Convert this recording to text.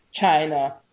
China